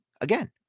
again